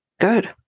Good